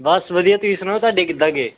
ਬਸ ਵਧੀਆ ਤੁਸੀਂ ਸੁਣਾਓ ਤੁਹਾਡੇ ਕਿੱਦਾਂ ਗਏ